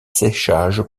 séchage